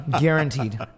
guaranteed